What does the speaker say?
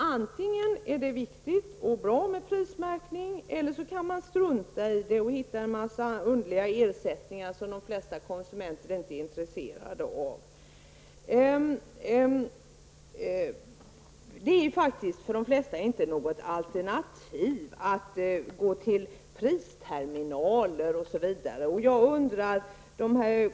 Antingen är det bra och viktigt med prismärkning, eller också kan man strunta i den och hitta på en mängd underliga ersättningar för den som de flesta konsumenter inte är intresserade av. För de allra flesta är det inget alternativ att leta efter priser i pristerminaler osv.